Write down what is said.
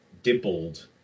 dimpled